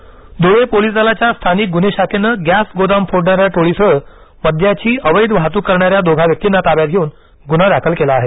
गुन्हे नोंद ध्रळे पोलिस दलाच्या स्थानिक गुन्हे शाखेनं गॅस गोदाम फोडणाऱ्या टोळीसह मद्याची अवैध वाहतूक करणाऱ्या दोघा व्यक्तींना ताब्यात घेऊन गुन्हा दाखल केला आहे